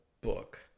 book